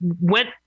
went